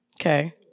Okay